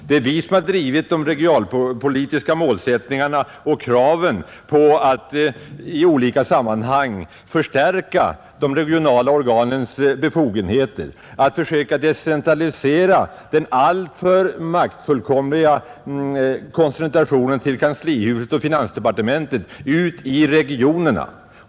Det är vi som drivit de regionalpolitiska målsättningarna och kraven på att i olika sammanhang förstärka de regionala organens befogenheter, att försöka decentralisera den alltför maktfullkomliga koncentrationen till kanslihuset och finansdepartementet ut i regionerna.